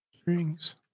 strings